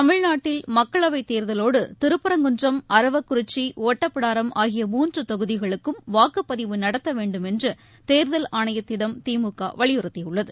தமிழ்நாட்டில் மக்களவைத் தேர்தலோடு திருப்பரங்குன்றம் அரவக்குறிச்சி ஒட்டப்பிடாரம் ஆகிய மூன்று தொகுதிகளுக்கும் வாக்குப்பதிவு நடத்த வேண்டும் என்று தேர்தல் ஆணையத்திடம் திமுக வலியுறுத்தியுள்ளது